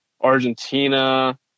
argentina